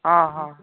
हां हां